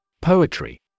Poetry